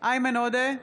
איימן עודה,